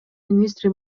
министри